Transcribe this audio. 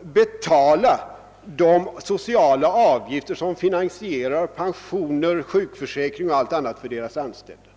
betala de sociala avgifter som finansierar pensioner, sjukförsäkring och liknande för de anställda.